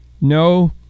No